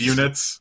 Units